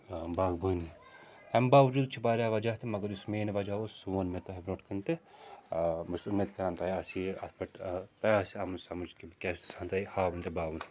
آ باغبٲنی تَمہِ باوجوٗد چھُ واریاہ وجہ تہِ مگر یُس مین وجہ اوس سُہ ووٚن مےٚ تۄہہِ برٛونٛٹھٕ کَنہِ تہٕ آ بہٕ چھُس اُمید کَران تۄہہِ آسہِ اَتھ پٮ۪ٹھ آ تۄہہِ آسہِ آمٕژ سَمجھ کہِ بہٕ کیٛاہ چھُس یَژھان تۄہہِ ہاوُن تہٕ باوُن